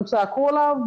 הם צעקו עליו,